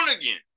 again